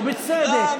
ובצדק,